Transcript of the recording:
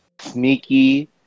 sneaky